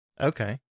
Okay